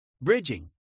Bridging